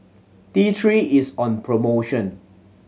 T Three is on promotion